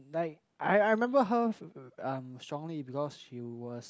like I I remember her um strongly because she was